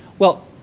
well,